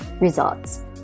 results